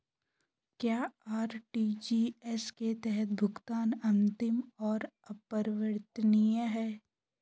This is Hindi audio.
क्या आर.टी.जी.एस के तहत भुगतान अंतिम और अपरिवर्तनीय है?